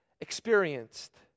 experienced